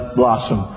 blossom